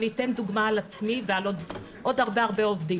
אני אתן דוגמה על עצמי ועל עוד הרבה עובדים.